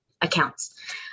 accounts